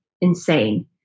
insane